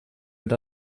mit